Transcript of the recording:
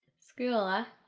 school, ah?